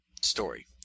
story